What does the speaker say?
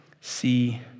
see